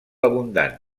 abundant